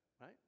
Right